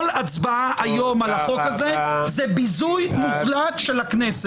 כל הצבעה היום על החוק הזה זה ביזוי מוחלט של הכנסת.